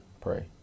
Pray